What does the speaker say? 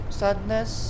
sadness